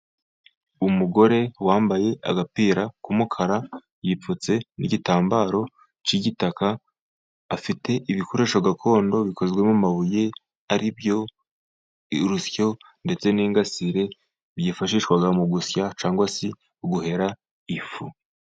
Umugore wambaye agapira k'umukara, yipfutse n'igitambaro cy'igitaka, afite ibikoresho gakondo bikozwe mu mabuye, aribyo urusyo ndetse n'ingasire, byifashishwa mu gusya cyangwa se guhera ifu.